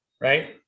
right